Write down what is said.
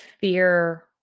fear